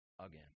again